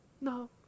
No